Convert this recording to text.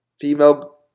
female